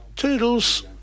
Toodles